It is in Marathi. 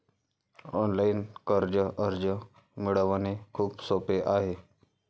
ऑनलाइन कर्ज अर्ज मिळवणे खूप सोपे आहे